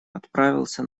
отправился